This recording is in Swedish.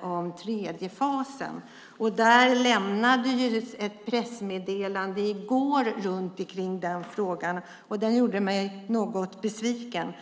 den tredje fasen. Det lämnades ett pressmeddelande om den frågan i går. Det gjorde mig något besviken.